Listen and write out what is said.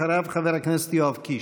אחריו, חבר הכנסת יואב קיש.